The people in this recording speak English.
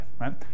right